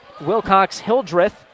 Wilcox-Hildreth